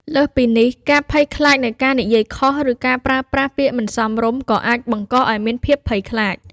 លើសពីនេះ ការភ័យខ្លាចនៃការនិយាយខុស ឬការប្រើប្រាស់ពាក្យមិនសមរម្យ ក៏អាចបង្កឱ្យមានភាពភ័យព្រួយ។